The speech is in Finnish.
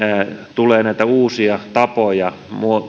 tulee uusia tapoja